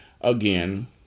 Again